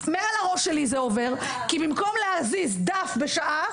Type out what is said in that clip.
מעל הראש שלי זה עובר, כי במקום להזיז דף בשעה